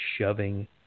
shoving